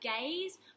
gaze